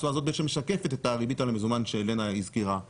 התשואה הזאת בעצם משקפת את הריבית על המזומן שלנה הזכירה מקודם.